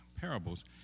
parables